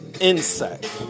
insect